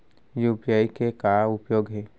UPI के का उपयोग हे?